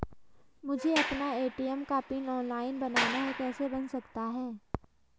मुझे अपना ए.टी.एम का पिन ऑनलाइन बनाना है कैसे बन सकता है?